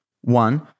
one